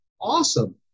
awesome